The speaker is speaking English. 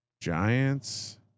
Giants